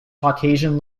caucasian